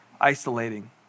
isolating